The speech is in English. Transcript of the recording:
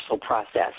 process